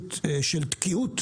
מציאות של תקיעות,